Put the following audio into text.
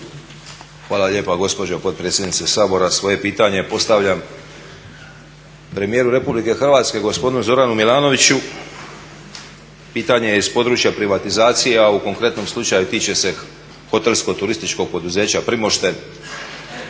Hvala lijepa gospođo potpredsjednice Sabora. Svoje pitanje postavljam premijeru Republike Hrvatske gospodinu Zoranu Milanoviću. Pitanje je iz područja privatizacije, a u konkretnom slučaju tiče se hotelsko-turističkog poduzeća Primošten